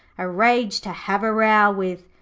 a rage to have a row with.